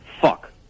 Fuck